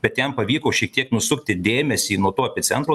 bet jam pavyko šiek tiek nusukti dėmesį nuo to epicentro